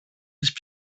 της